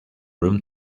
room